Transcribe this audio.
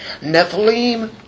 Nephilim